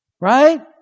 Right